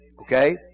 Okay